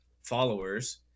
followers